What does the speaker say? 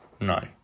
No